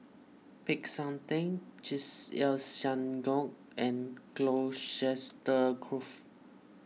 Peck San theng Chesed El Synagogue and Colchester Grove